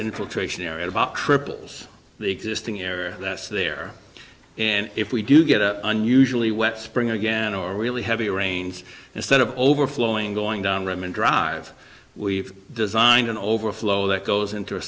infiltration area about triples the existing area that's there and if we do get up unusually wet spring again or really heavy rains instead of overflowing going down room and drive we've designed an overflow that goes into a